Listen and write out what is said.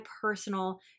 personal